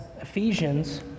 Ephesians